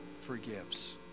forgives